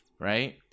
right